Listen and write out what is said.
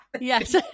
Yes